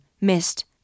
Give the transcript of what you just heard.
missed